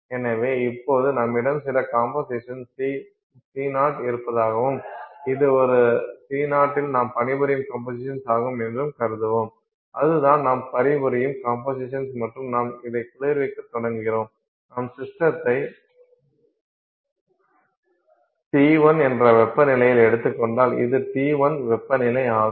எனவே இப்போது நம்மிடம் சில கம்போசிஷன் C0 இருப்பதாகவும் அது ஒரு C0 இல் நாம் பணிபுரியும் கம்போசிஷன் ஆகும் என்றும் கருதுவோம் அதுதான் நாம் பணிபுரியும் கம்போசிஷன் மற்றும் நாம் அதை குளிர்விக்கத் தொடங்குகிறோம் நாம் சிஸ்டத்தை T1 என்ற வெப்பநிலையில் எடுத்துக்கொண்டால் இது T1 வெப்பநிலை ஆகும்